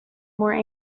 more